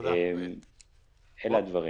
אלה הדברים.